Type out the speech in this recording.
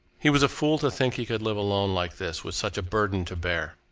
he was a fool to think he could live alone like this, with such a burden to bear!